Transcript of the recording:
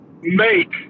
make